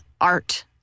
art